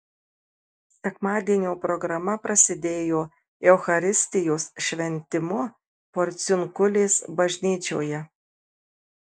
sekmadienio programa prasidėjo eucharistijos šventimu porciunkulės bažnyčioje